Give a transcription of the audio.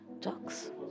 talks